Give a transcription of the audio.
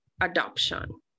adoption